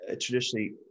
traditionally